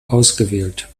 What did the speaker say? ausgewählt